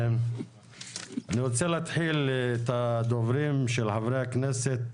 אני רוצה להתחיל את הדוברים של חברי הכנסת,